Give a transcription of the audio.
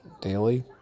daily